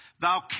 Thou